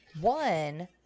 one